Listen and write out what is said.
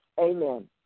Amen